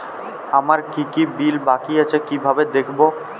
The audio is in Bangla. আমার কি কি বিল বাকী আছে কিভাবে দেখবো?